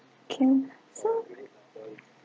okay so